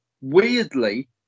weirdly